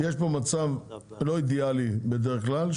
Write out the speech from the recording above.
יש פה מצב לא אידיאלי בדרך כלל,